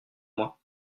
moi